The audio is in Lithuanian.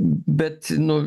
bet nu